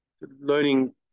learning